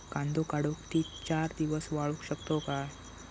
कांदो काढुन ती चार दिवस वाळऊ शकतव काय?